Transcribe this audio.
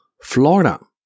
Florida